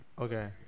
Okay